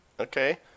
Okay